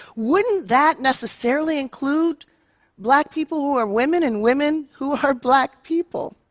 wouldn't that necessarily include black people who are women and women who are black people?